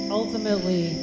ultimately